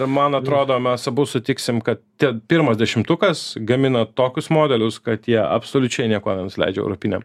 ir man atrodo mes abu sutiksim kad tie pirmas dešimtukas gamina tokius modelius kad jie absoliučiai niekuo nenusileidžia europiniam